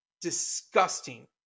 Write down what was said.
disgusting